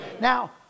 Now